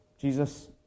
Jesus